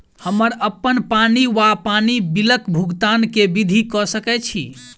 हम्मर अप्पन पानि वा पानि बिलक भुगतान केँ विधि कऽ सकय छी?